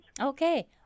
Okay